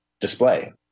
display